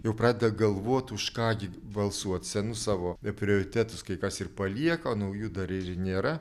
jau pradeda galvot už ką gi balsuot senus savo prioritetus kai kas ir palieka o naujų dar ir nėra